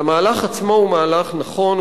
אבל המהלך עצמו הוא מהלך נכון,